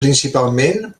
principalment